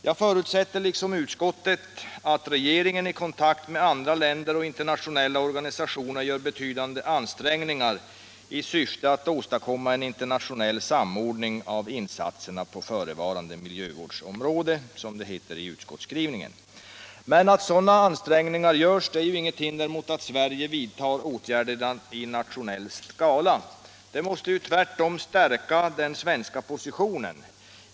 Jag förutsätter liksom utskottet att regeringen ”i kontakt med andra länder och internationella organisationer gör betydande ansträngningar i syfte att åstadkomma en internationell samordning av insatserna på förevarande miljövårdsområde”. Men att sådana ansträngningar görs innebär ju inget hinder mot att Sverige vidtar åtgärder i nationell skala; det måste ju tvärtom stärka den svenska positionen.